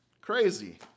crazy